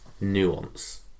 nuance